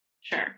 Sure